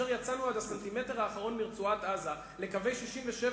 שכאשר יצאנו עד הסנטימטר האחרון מרצועת-עזה לקווי 67',